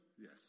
Yes